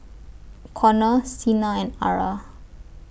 Conner Sena and Ara